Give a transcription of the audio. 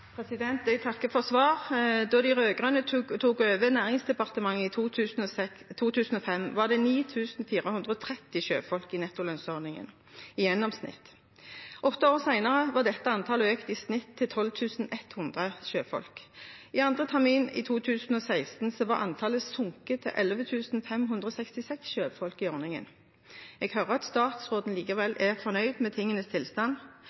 Jeg takker for svaret. Da de rød-grønne tok over Nærings- og handelsdepartementet i 2005, var det 9 430 sjøfolk i nettolønnsordningen i gjennomsnitt. Åtte år senere var dette antallet i snitt økt til 12 100 sjøfolk. I andre termin 2016 var antallet sunket til 11 566 sjøfolk i ordningen. Jeg hører at statsråden likevel er fornøyd med tingenes tilstand.